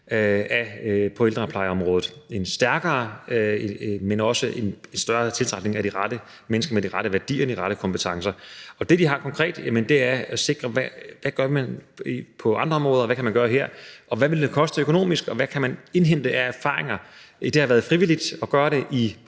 og plejeområdet med en stærkere, men også en større tiltrækning af de rette mennesker med de rette værdier og de rette kompetencer. Det, de gør konkret, er at se på, hvad man gør på andre områder, og hvad man kan gøre her. Og hvad vil det koste økonomisk, og hvad kan man indhente af erfaringer? Det har i rimelig kort tid